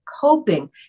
coping